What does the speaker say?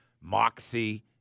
Moxie